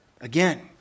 Again